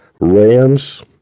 Rams